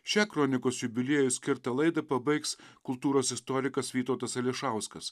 šią kronikos jubiliejui skirtą laidą pabaigs kultūros istorikas vytautas ališauskas